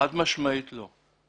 חד משמעית לא.